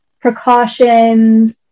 precautions